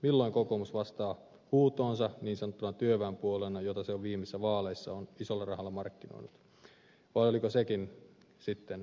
milloin kokoomus vastaa huutoonsa niin sanottuna työväenpuolueena jota se viimeisissä vaaleissa on isolla rahalla markkinoinut vai oliko sekin sitten äänestäjien uunotusta